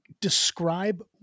Describe